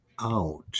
out